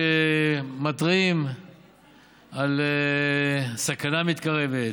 מאמצעים שמתריעים על סכנה מתקרבת,